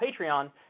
Patreon—